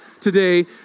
today